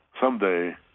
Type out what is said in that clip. someday